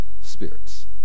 spirits